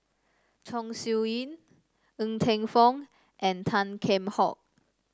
Chong Siew Ying Ng Teng Fong and Tan Kheam Hock